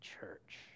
church